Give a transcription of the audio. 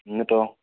എന്നിട്ടൊ